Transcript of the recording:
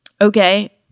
Okay